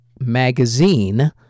Magazine